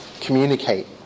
communicate